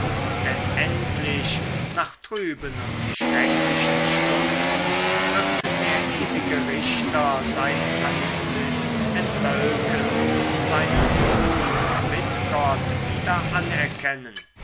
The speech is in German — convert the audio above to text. denn endlich nach trüben und schrecklichen stunden wird der ewige richter sein antlitz entwölken seinen sohn und mitgott wieder anerkennen